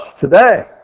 today